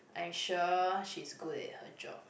I'm sure she's good at her job